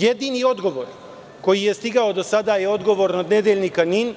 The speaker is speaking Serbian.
Jedini odgovor koji je stigao do sada je odgovor od nedeljnika "NIN"